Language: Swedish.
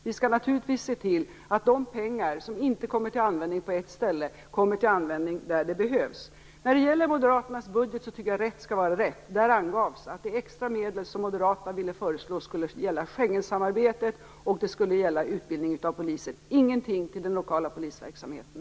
Vi skall naturligtvis se till att de pengar som inte kommer till användning på ett ställe kommer till användning där de behövs. När det gäller moderaternas budget tycker jag att rätt skall vara rätt. Där angavs att de extra medel som moderaterna ville föreslå skulle gälla Schengensamarbetet och utbildning av poliser. Ingenting till den lokala polisverksamheten.